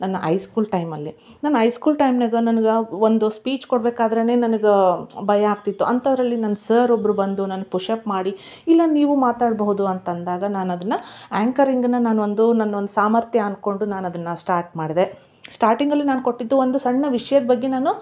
ನನ್ನ high school ಟೈಮಲ್ಲಿ ನನ್ನ ಐ ಸ್ಕೂಲ್ ಟೈಮ್ನಾಗ ನನ್ಗ ಒಂದು ಸ್ಪೀಚ್ ಕೊಡ್ಬೇಕಾದರೆನೆ ನನ್ಗ ಭಯ ಆಗ್ತಿತ್ತು ಅಂಥದರಲ್ಲಿ ನನ್ನ ಸರ್ ಒಬ್ಬರು ಬಂದು ನನ್ಗ ಪುಷ್ ಅಪ್ ಮಾಡಿ ಇಲ್ಲ ನೀವು ಮಾತಾಡ್ಬಹುದು ಅಂತಂದಾಗ ನಾನು ಅದನ್ನ ಆ್ಯಂಕರಿಂಗನ್ನ ನಾನು ಒಂದು ನನ್ನ ಒಂದು ಸಾಮರ್ಥ್ಯ ಅನ್ಕೊಂಡು ನಾನದನ್ನ ಸ್ಟಾರ್ಟ್ ಮಾಡ್ದೆ ಸ್ಟಾರ್ಟಿಂಗಲ್ಲಿ ನಾನು ಕೊಟ್ಟಿದ್ದು ಒಂದು ಸಣ್ಣ ವಿಷ್ಯದ ಬಗ್ಗೆ ನಾನು